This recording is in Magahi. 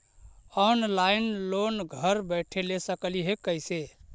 ऑनलाइन लोन घर बैठे ले सकली हे, कैसे?